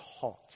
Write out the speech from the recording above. hot